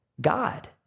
God